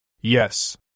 Yes